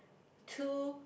two